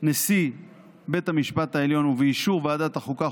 נשיא בית המשפט העליון ובאישור ועדת החוקה,